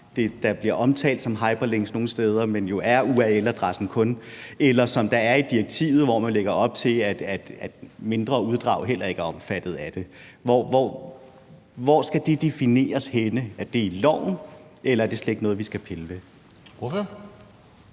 der bliver omtalt som hyperlink nogen steder, men som jo kun er url-adressen; eller som det er i direktivet, hvor man lægger op til, at mindre uddrag heller ikke er omfattet af det. Hvor skal det defineres henne? Er det i loven? Eller er det slet ikke noget, vi skal pille ved? Kl.